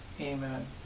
Amen